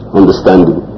understanding